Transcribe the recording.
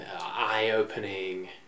eye-opening